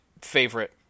Favorite